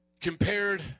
Compared